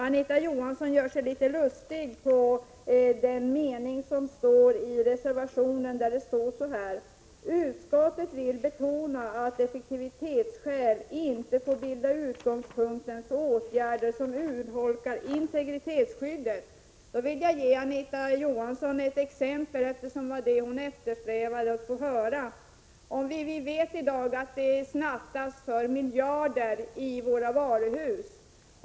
Anita Johansson gör sig lustig över en mening i reservation 1, där det står: ”Utskottet vill betona att effektivitetsskäl inte får bilda utgångspunkt för åtgärder som urholkar integritetsskyddet.” Jag vill ge Anita Johansson ett exempel, eftersom det var vad hon efterlyste: Vi vet i dag att det snattas för miljarder i våra varuhus.